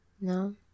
No